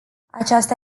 aceasta